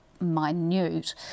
minute